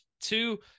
Two